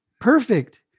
perfect